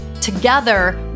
Together